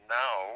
now